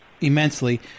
immensely